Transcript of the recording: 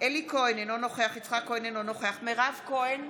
אלי כהן, אינו נוכח יצחק כהן, אינו נוכח מירב כהן,